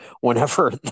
whenever